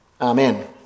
Amen